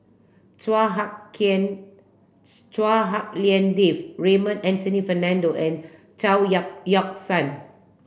Chua Hak Chua Hak Lien Dave Raymond Anthony Fernando and Chao Yoke Yoke San